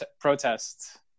protests